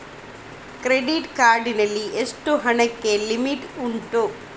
Credit card ನಲ್ಲಿ ಎಷ್ಟು ಹಣಕ್ಕೆ ಲಿಮಿಟ್ ಉಂಟು?